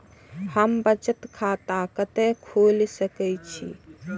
हम बचत खाता कते खोल सके छी?